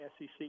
SEC